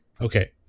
Okay